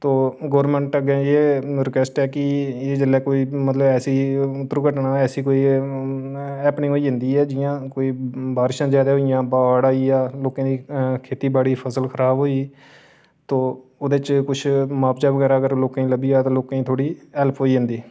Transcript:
तो government अग्गें इ'यै रिक्वैस्टऐ कि जेल्लै कोई ऐसी दुर्घटना जां हैपनिंग होई जंदी ऐ जि'यां कोई बारशां जैदा होइयां जा बाढ़ आई जां खेती बाड़ी फसल खराब होई गेई तो ओह्दे च कुछ मुआबजा बगैरा अगर लोकें गी लब्भी जाग लोकें गी थोह्ड़ी हैल्प होई जंदी